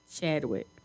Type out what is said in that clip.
Chadwick